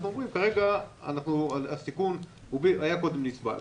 אז אנחנו אומרים: הסיכון היה קודם נסבל,